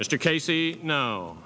mr casey no